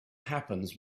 happens